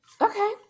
Okay